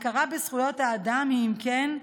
הכרה בזכויות האדם היא, אם כן,